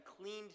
cleaned